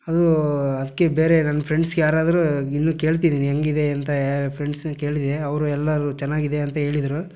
ಅದು ಅದಕ್ಕೆ ಬೇರೇ ನನ್ನ ಫ್ರೆಂಡ್ಸ್ಗೆ ಯಾರಾದರೂ ಇನ್ನೂ ಕೇಳ್ತಿದ್ದೀನಿ ಹೇಗಿದೆ ಅಂತ ಯಾರು ಫ್ರೆಂಡ್ಸ್ನಾ ಕೇಳಿದೆ ಅವರು ಎಲ್ಲರೂ ಚೆನ್ನಾಗಿದೆ ಅಂತ ಹೇಳಿದ್ರು